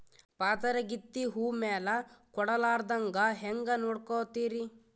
ಪಾತರಗಿತ್ತಿ ಹೂ ಮ್ಯಾಲ ಕೂಡಲಾರ್ದಂಗ ಹೇಂಗ ನೋಡಕೋತಿರಿ?